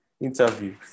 Interview